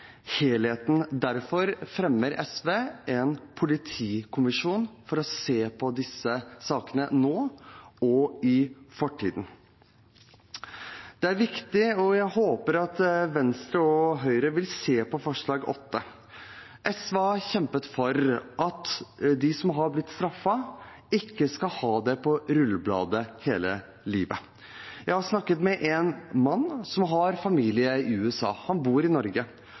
helheten. Derfor fremmer SV en politikommisjon for å se på disse sakene nå og i fortiden. Så til et annet viktig punkt: Jeg håper at Venstre og Høyre vil se på forslag nr. 8. SV har kjempet for at de som har blitt straffet, ikke skal ha det på rullebladet hele livet. Jeg har snakket med en mann som har familie i USA, og som bor i Norge.